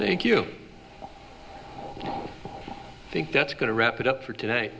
thank you i think that's going to wrap it up for today